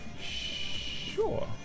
sure